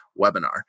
webinar